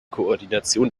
koordination